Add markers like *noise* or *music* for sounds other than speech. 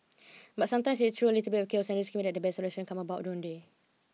but sometimes it is through a little bit of chaos and *unintelligible* that the best solution come about don't they